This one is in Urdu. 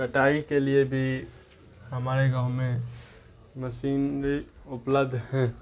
کٹائی کے لیے بھی ہمارے گاؤں میں مشینری اپلبدھ ہیں